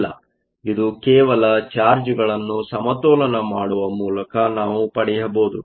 ಇದು ಕೇವಲ ಚಾರ್ಜ್ ಗಳನ್ನು ಸಮತೋಲನ ಮಾಡುವ ಮೂಲಕ ನಾವು ಪಡೆಯಬಹುದು